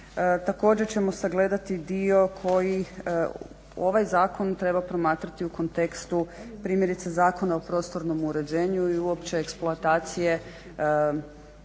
Također ćemo sagledati dio koji ovaj zakon treba promatrati u kontekstu primjerice Zakona o prostornom uređenju i uopće eksploatacije